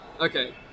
Okay